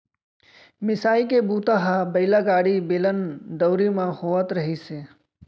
मिसाई के बूता ह बइला गाड़ी, बेलन, दउंरी म होवत रिहिस हे